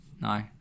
no